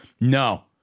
No